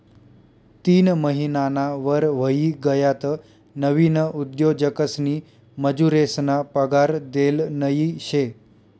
तीन महिनाना वर व्हयी गयात नवीन उद्योजकसनी मजुरेसना पगार देल नयी शे